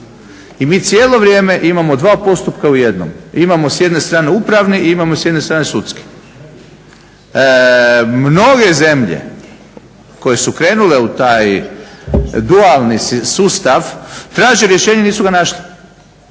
i mi cijelo vrijeme imamo dva postupka u jednom. Imamo s jedne strane upravni i imamo s jedne strane sudski. Mnoge zemlje koje su krenule u taj dualni sustav traže rješenje, nisu ga našli